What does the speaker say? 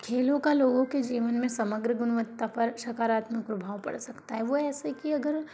खेलों का लोगों के जीवन में समग्र गुणवत्ता पर सकारात्मक प्रभाव पड़ सकता है वो ऐसे कि अगर